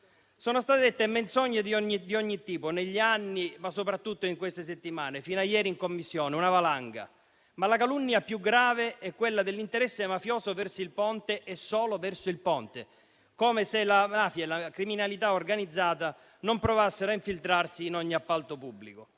Sono state dette menzogne di ogni tipo negli anni, ma soprattutto in queste settimane, fino a ieri in Commissione, una valanga, ma la calunnia più grave è quella dell'interesse mafioso verso il Ponte e solo verso il Ponte, come se la mafia e la criminalità organizzata non provassero a infiltrarsi in ogni appalto pubblico